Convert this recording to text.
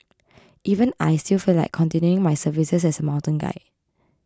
even I still feel like continuing my services as a mountain guide